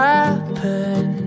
Happen